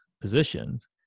positions